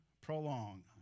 prolong